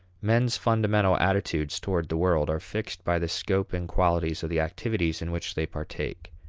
men's fundamental attitudes toward the world are fixed by the scope and qualities of the activities in which they partake.